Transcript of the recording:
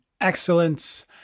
Excellence